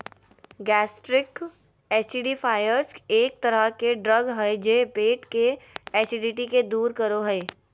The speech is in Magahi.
गैस्ट्रिक एसिडिफ़ायर्स एक तरह के ड्रग हय जे पेट के एसिडिटी के दूर करो हय